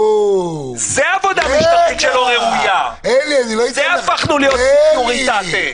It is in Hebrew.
עבודה משטרתית שלא ראויה, הפכנו להיות סקוריטטה.